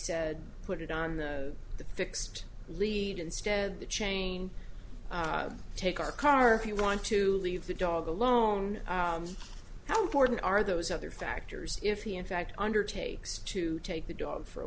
said put it on the the fixed lead instead of the chain take our car you want to leave the dog alone how important are those other factors if he in fact undertakes to take the dog for a